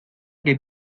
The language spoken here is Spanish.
que